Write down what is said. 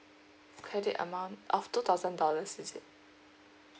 credit amount of two thousand dollars is it